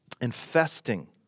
infesting